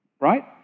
Right